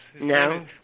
No